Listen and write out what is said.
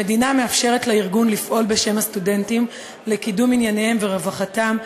המדינה מאפשרת לארגון לפעול בשם הסטודנטים לקידום ענייניהם ורווחתם,